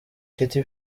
katy